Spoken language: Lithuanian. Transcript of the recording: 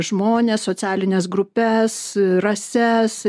žmonės socialines grupes rases